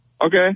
Okay